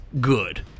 good